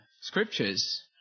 scriptures